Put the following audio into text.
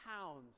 Pounds